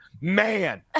Man